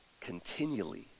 continually